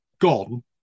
gone